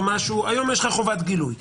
היום יש לך חובת גילוי.